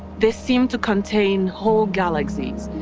they seem to contain whole galaxies.